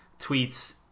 tweets